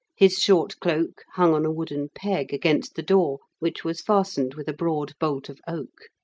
his short cloak hung on a wooden peg against the door, which was fastened with a broad bolt of oak.